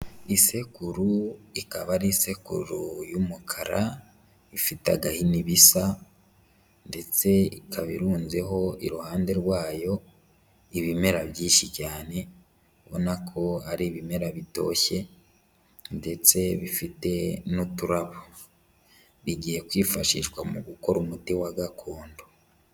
Isekuru ikaba ari isekuru y'umukara, ifite agahini bisa ndetse ikaba irunzeho iruhande rwayo ibimera byinshi cyane, ubona ko ari ibimera bitoshye ndetse bifite n'uturabo, bigiye kwifashishwa mu gukora umuti wa gakondo.